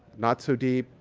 not so deep,